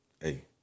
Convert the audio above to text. hey